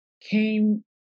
came